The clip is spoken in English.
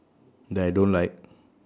that I don't like